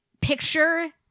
picture